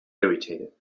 irritated